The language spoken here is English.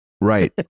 Right